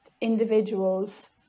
individuals